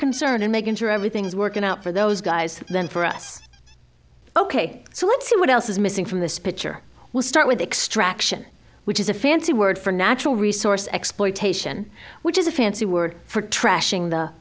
concerned in making sure everything's working out for those guys than for us ok so let's see what else is missing from this picture we'll start with extraction which is a fancy word for natural resource exploitation which is a fancy word for trashing the